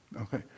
okay